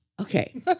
Okay